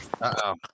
Uh-oh